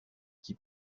qui